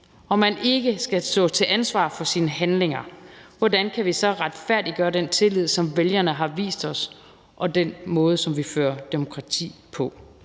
man ikke skal stå til ansvar for sine handlinger, hvordan kan vi så retfærdiggøre den tillid, som vælgerne har vist os, og den måde, som vi fører demokrati på?